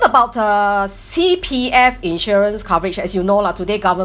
about uh C_P_F insurance coverage as you know lah today government